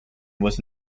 was